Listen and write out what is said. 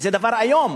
זה דבר איום.